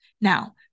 Now